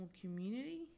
community